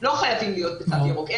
לא חייבים להיות בתו ירוק.